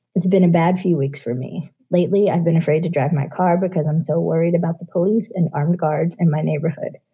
it's been a bad few weeks for me. lately i've been afraid to drag my car because i'm so worried about the police and armed guards in my neighborhood.